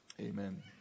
amen